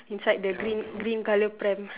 inside the green green colour pram